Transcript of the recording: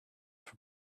for